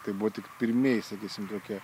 tai buvo tik pirmieji sakysim tokie